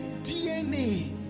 dna